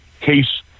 case